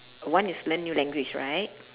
one is learn new language right